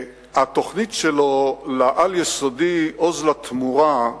התוכנית שלו לעל-יסודי, "עוז לתמורה",